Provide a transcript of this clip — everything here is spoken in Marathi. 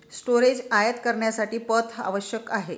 स्टोरेज आयात करण्यासाठी पथ आवश्यक आहे